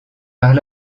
par